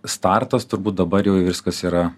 startas turbūt dabar jau viskas yra